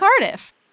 Cardiff